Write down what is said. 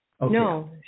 No